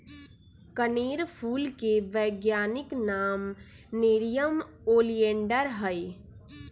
कनेर फूल के वैज्ञानिक नाम नेरियम ओलिएंडर हई